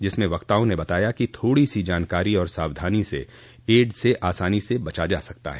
जिसमें वक्ताओं ने बताया कि थोड़ी सी जानकारी और सावधानी से एड़स से आसानी से बचा जा सकता है